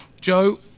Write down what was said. Joe